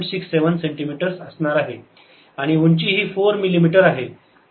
67 centimetres असणार आहे आणि उंची ही 4 मिलिमीटर आहे